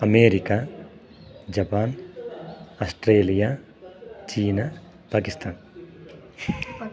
America Japan Australia China Pakistan